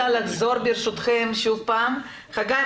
חגי,